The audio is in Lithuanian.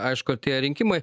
aišku artėja rinkimai